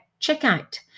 checkout